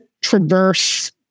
traverse